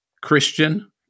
Christian